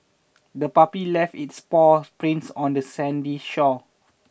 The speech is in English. the puppy left its paw prints on the sandy shore